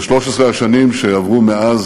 ב-13 השנים שעברו מאז